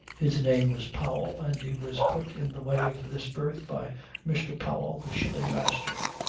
his name was powell, and he was put in the way of this berth by mr. powell, the shipping master.